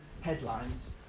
headlines